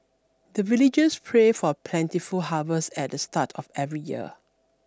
the villagers pray for plentiful harvest at the start of every year